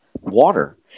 water